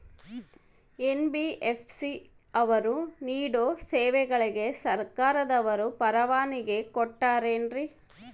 NBFC ಅವರು ನೇಡೋ ಸೇವೆಗಳಿಗೆ ಸರ್ಕಾರದವರು ಪರವಾನಗಿ ಕೊಟ್ಟಾರೇನ್ರಿ?